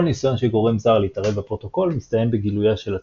כל ניסיון של גורם זר להתערב בפרוטוקול מסתיים בגילויה של התקיפה.